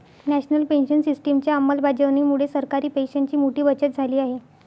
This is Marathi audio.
नॅशनल पेन्शन सिस्टिमच्या अंमलबजावणीमुळे सरकारी पैशांची मोठी बचत झाली आहे